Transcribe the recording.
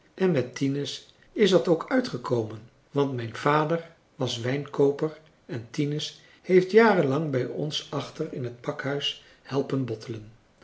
en met tinus is dat ook uitgekomen want mijn vader was wijnkooper en tinus heeft jaren lang bij ons achter in het pakhuis helpen bottelen